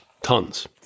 tons